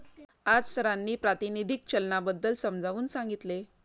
आज सरांनी प्रातिनिधिक चलनाबद्दल समजावून सांगितले